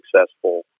successful